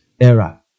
era